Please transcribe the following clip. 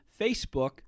Facebook